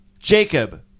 Jacob